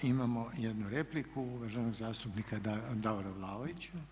Imamo jednu repliku uvaženog zastupnika Davora Vlaovića.